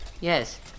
Yes